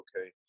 okay